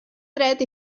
dret